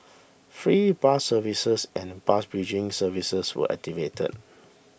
free bus services and bus bridging services were activated